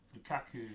Lukaku